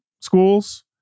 schools